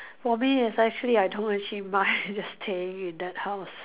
for me it's actually I don't achieve much just staying in that house